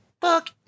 fuck